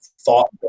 thought